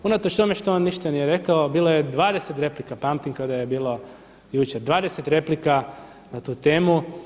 Unatoč što on ništa nije rekao, bilo je 20 replika, pamtim kao da je bilo jučer, 20 replika na tu temu.